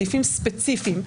סעיפים ספציפיים,